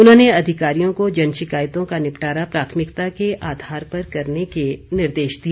उन्होंने अधिकारियों को जनशिकायतों का निपटारा प्राथमिकता के आधार पर करने के निर्देश दिए